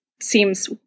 seems